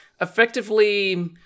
effectively